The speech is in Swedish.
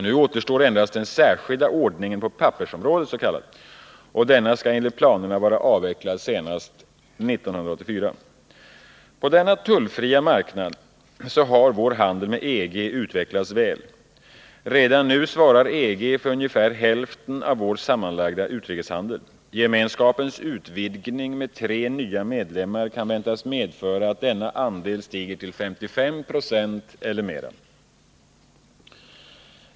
Nu återstår endast den s.k. särskilda ordningen på pappersområdet, och denna skall enligt planerna vara avvecklad senast år 1984. På denna tullfria marknad har vår handel med EG utvecklats väl. Redan nu svarar EG för omkring hälften av vår sammanlagda utrikeshandel. Gemenskapens utvidgning med tre nya medlemmar kan väntas medföra att denna andel stiger till 55 26 eller mer.